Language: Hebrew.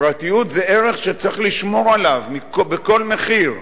פרטיות זה ערך שצריך לשמור עליו בכל מחיר,